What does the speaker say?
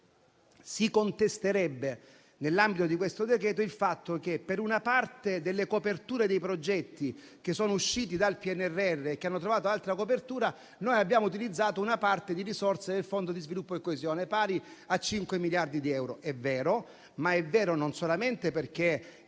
Si contesterebbe, nell'ambito di questo decreto, il fatto che, per una parte delle coperture dei progetti che sono usciti dal PNRR e che hanno trovato altra copertura, noi abbiamo utilizzato una parte di risorse del Fondo di sviluppo e coesione, pari a 5 miliardi di euro. È vero; ma è vero non solamente perché,